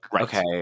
okay